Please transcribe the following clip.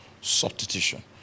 substitution